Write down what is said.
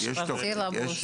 יש כבר סילבוס.